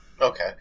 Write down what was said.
Okay